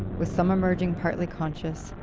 with some emerging partly conscious,